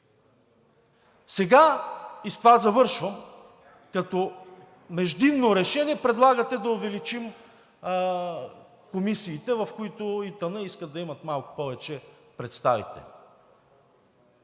Сега, и с това завършвам, като междинно решение предлагате да увеличим комисиите, в които ИТН искат да имат малко повече представители.